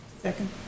Second